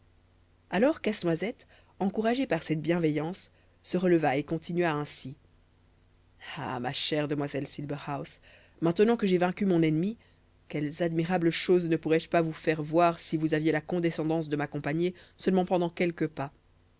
alors casse-noisette encouragé par cette bienveillance se releva et continua ainsi ah ma chère demoiselle silberhaus maintenant que j'ai vaincu mon ennemi quelles admirables choses ne pourrais-je pas vous faire voir si vous aviez la condescendance de m'accompagner seulement pendant quelques pas